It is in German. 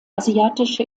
asiatische